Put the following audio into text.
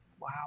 Wow